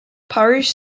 parish